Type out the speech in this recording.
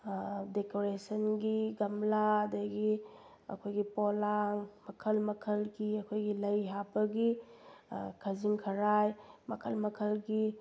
ꯗꯦꯀꯣꯔꯦꯁꯟꯒꯤ ꯒꯝꯂꯥ ꯑꯗꯒꯤ ꯑꯩꯈꯣꯏꯒꯤ ꯄꯣꯂꯥꯡ ꯃꯈꯜ ꯃꯈꯜꯒꯤ ꯑꯩꯈꯣꯏꯒꯤ ꯂꯩ ꯍꯥꯞꯄꯒꯤ ꯈꯖꯤꯡ ꯈꯔꯥꯏ ꯃꯈꯜ ꯃꯈꯜꯒꯤ